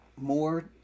more